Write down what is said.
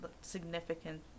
significant